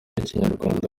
y’ikinyarwanda